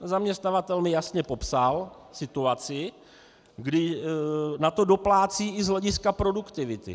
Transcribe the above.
Zaměstnavatel mi jasně popsal situaci, kdy na to doplácí i z hlediska produktivity.